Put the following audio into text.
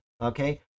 Okay